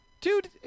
Dude